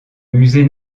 musée